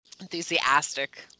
enthusiastic